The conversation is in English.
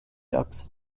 ducks